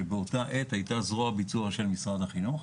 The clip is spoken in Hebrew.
שבאותה עת הייתה זרוע ביצוע של משרד החינוך.